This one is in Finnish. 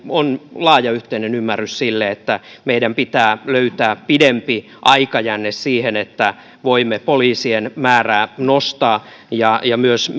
on laaja yhteinen ymmärrys siitä että meidän pitää löytää pidempi aikajänne siihen että voimme poliisien määrää nostaa myös